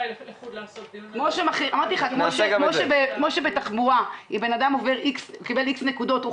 כמו שבן אדם מקבל איקס נקודות תעבורה